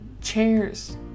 chairs